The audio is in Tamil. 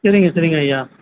சரிங்க சரிங்க ஐயா